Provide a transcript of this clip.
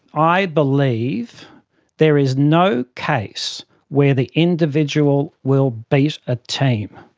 i believe there is no case where the individual will beat a team.